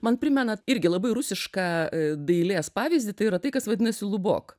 man primena irgi labai rusišką dailės pavyzdį tai yra tai kas vadinasi lubok